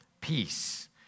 peace